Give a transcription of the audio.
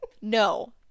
No